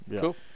Cool